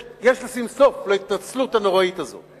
יש לשים סוף להתנצלות הנוראית הזו.